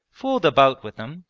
fooled about with them,